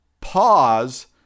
pause